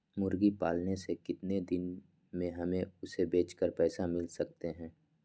मुर्गी पालने से कितने दिन में हमें उसे बेचकर पैसे मिल सकते हैं?